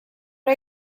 are